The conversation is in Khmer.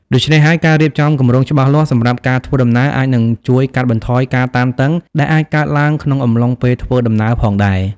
ដូច្នេះហើយការរៀបចំគម្រោងច្បាស់លាស់សម្រាប់ការធ្វើដំណើរអាចនឹងជួយកាត់បន្ថយការតានតឹងដែលអាចកើតឡើងក្នុងអំឡុងពេលធ្វើដំណើរផងដែរ។